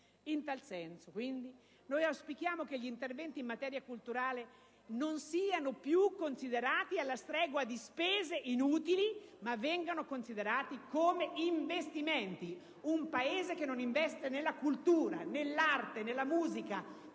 In tal senso, auspichiamo quindi che gli interventi in materia culturale non siano più considerati alla stregua di spese inutili, ma vengano considerati come investimenti. Un Paese che non investe nella cultura, nell'arte, nella musica,